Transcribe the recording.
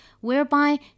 whereby